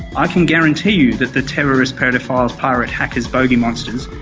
i can guarantee you that the terrorist paedophile pirate hackers bogey monsters,